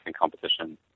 competition